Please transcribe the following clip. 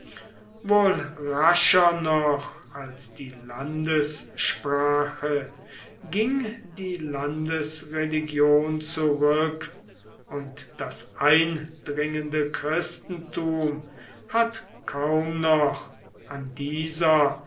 rascher noch als die landessprache ging die landesreligion zurück und das eindringende christentum hat kaum noch an dieser